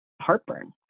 heartburn